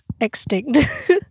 extinct